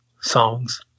songs